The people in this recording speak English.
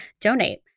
donate